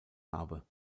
habe